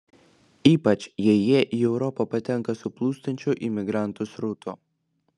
ypač jei jie į europą patenka su plūstančiu imigrantų srautu